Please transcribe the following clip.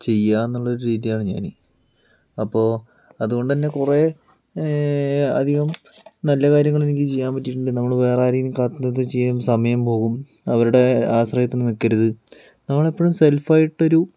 ചെയ്യാന്നുള്ള ഒരു രീതിയാണ് ഞാന് അപ്പോൾ അതുകൊണ്ടുതന്നെ കുറേ അധികം നല്ല കാര്യങ്ങളെനിക്ക് ചെയ്യാൻ പറ്റിയിട്ടുണ്ട് നമ്മള് വേറെ ആരെയെങ്കിലും കാത്ത് നിന്നിട്ട് ചെയ്യാൻ സമയം പോകും അവരുടെ ആശ്രയത്തിന് നിൽക്കരുത് നമ്മളെപ്പോഴും സെൽഫ് ആയിട്ടൊരു